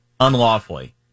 Unlawfully